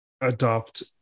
adopt